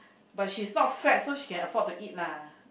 but she's not fat so she can afford to eat lah